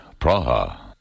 Praha